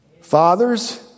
Fathers